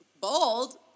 bold